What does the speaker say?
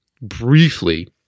briefly